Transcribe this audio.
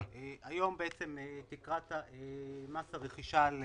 היום תקרת מס הרכישה על